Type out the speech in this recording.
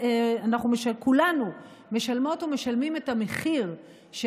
כולנו משלמות ומשלמים את המחיר של